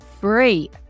free